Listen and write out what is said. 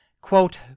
Quote